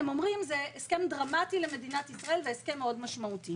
הם אומרים: זה הסכם דרמטי ומאוד משמעותי